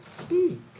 speak